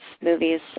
movies